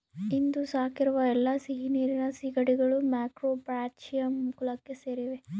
ಇಂದು ಸಾಕಿರುವ ಎಲ್ಲಾ ಸಿಹಿನೀರಿನ ಸೀಗಡಿಗಳು ಮ್ಯಾಕ್ರೋಬ್ರಾಚಿಯಂ ಕುಲಕ್ಕೆ ಸೇರಿವೆ